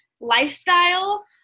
lifestyle